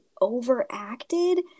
overacted